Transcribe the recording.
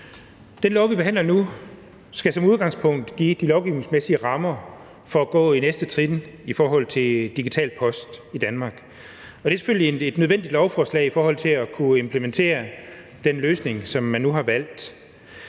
Det lovforslag, vi behandler nu, handler som udgangspunkt om at give de lovgivningsmæssige rammer for at tage det næste trin i forhold til digital post i Danmark. Og det er selvfølgelig et nødvendigt lovforslag i forhold til at kunne implementere den løsning, som man nu har valgt.